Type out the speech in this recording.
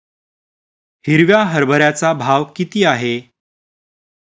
हिरव्या हरभऱ्याचा भाव किती आहे?